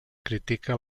critica